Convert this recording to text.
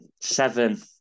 seven